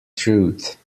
truth